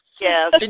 Yes